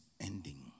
ending